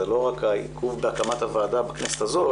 זה לא רק העיכוב בהקמת הוועדה בכנסת הזו,